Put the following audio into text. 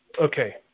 okay